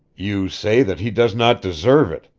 you say that he does not deserve it.